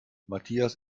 matthias